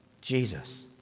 Jesus